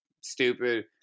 stupid